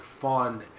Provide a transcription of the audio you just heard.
fun